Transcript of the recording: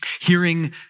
Hearing